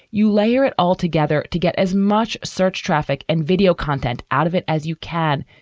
you layer it all together to get as much search traffic and video content out of it as you can.